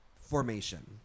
formation